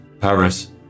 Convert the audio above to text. Paris